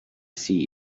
see